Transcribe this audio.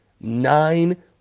Nine